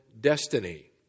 destiny